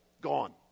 Gone